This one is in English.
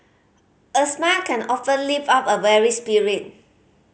a smile can often lift up a weary spirit